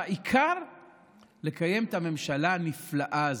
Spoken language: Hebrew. והעיקר לקיים את הממשלה הנפלאה הזאת.